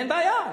אין בעיה.